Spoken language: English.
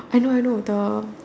I know I know the